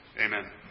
Amen